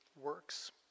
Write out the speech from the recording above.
works